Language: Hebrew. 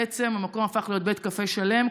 בעצם המקום הפך להיות בית קפה שלם.